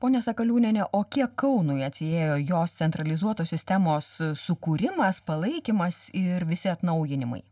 pone sakaliuniene o kiek kaunui atsiėjo jos centralizuotos sistemos sukūrimas palaikymas ir visi atnaujinimai